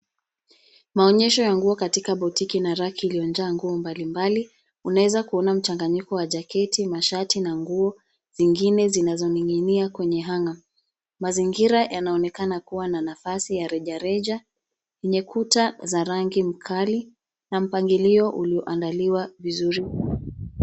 Maonyesho ya nguo katika botiki na raki iliyojaa nguo mbalimbali unaweza kuona mchanganyiko wa jaketi, mashati na nguo zingine zinazoning'inia kwenye hanger . Mazingira yanaonekana kuwa na nafasi ya reja reja yenye kuta za rangi mkali na mpangilio ulioandaliwa vizuri.